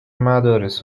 مدارس